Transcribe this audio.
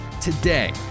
today